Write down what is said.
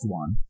one